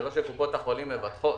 זה לא שקופות החולים מבטחות,